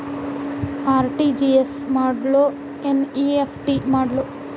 RTGS ಮಾಡ್ಲೊ NEFT ಮಾಡ್ಲೊ?